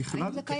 האם זה קיים?